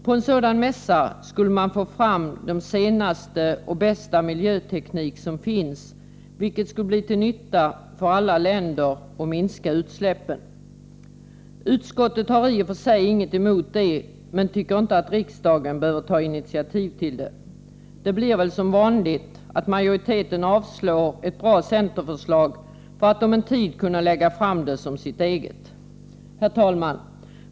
På en sådan mässa skulle man få fram den senaste och den bästa miljöteknik som finns, vilket skulle bli till nytta för alla länder när det gäller att minska utsläppen. Utskottet har i och för sig inget emot det, men tycker inte att riksdagen behöver ta något initiativ. Det blir väl som vanligt att majoriteten avslår ett bra centerförslag för att om en tid kunna lägga fram det som sitt eget. Herr talman!